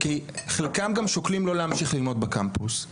וחלקם גם שוקלים לא להמשיך ללמוד בקמפוס.